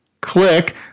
click